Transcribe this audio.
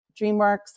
DreamWorks